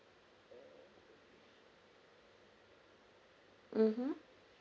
mmhmm